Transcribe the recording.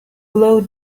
glow